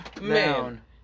man